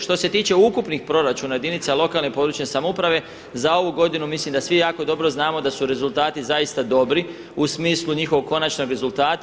Što se tiče ukupnih proračuna jedinica lokalne i područne samouprave za ovo godinu mislim da svi jako dobro znamo da su rezultati zaista dobri u smislu njihovog konačnog rezultata.